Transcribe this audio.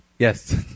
Yes